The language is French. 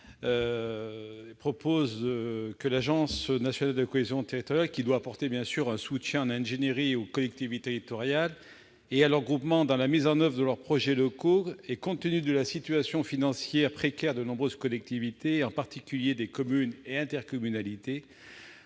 Savin. L'Agence nationale de la cohésion des territoires doit apporter un soutien en ingénierie aux collectivités territoriales et à leurs groupements dans la mise en oeuvre de leurs projets locaux. Compte tenu de la situation financière précaire de nombreuses collectivités, en particulier des communes et intercommunalités,